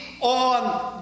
on